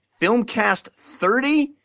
FilmCast30